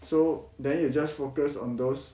so then you just focus on those